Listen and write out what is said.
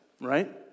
right